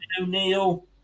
o'neill